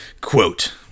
Quote